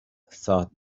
thought